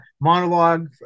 monologue